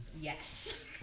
Yes